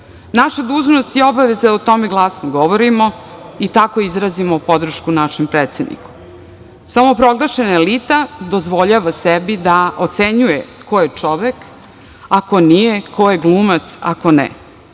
dužnost i obaveza je da o tome glasno govorimo i tako izrazimo podršku našem predsedniku. Samoproglašena elita dozvoljava sebi da ocenjuje ko je čovek, a ko nije, ko je glumac, a ko ne.